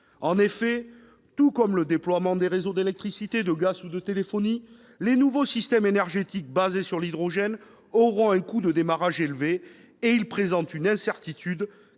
En effet, tout comme le déploiement des réseaux d'électricité, de gaz ou de téléphonie, les nouveaux systèmes énergétiques basés sur l'hydrogène auront un coût de démarrage élevé, et ils présentent une incertitude